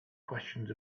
questions